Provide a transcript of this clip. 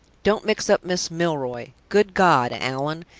don't mix up miss milroy good god, allan,